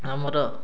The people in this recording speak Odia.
ଆମର